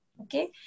Okay